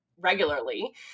regularly